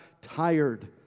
tired